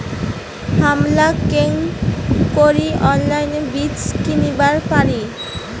হামরা কেঙকরি অনলাইনে বীজ কিনিবার পারি?